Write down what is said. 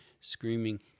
screaming